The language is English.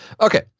Okay